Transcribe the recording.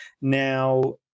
Now